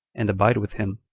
and abide with him,